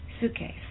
suitcase